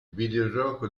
videogioco